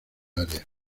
área